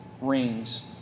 rings